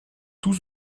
tous